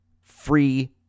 free